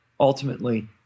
ultimately